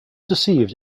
deceived